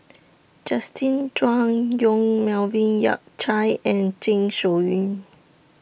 Justin Zhuang Yong Melvin Yik Chye and Zeng Shouyin